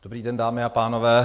Dobrý den, dámy a pánové.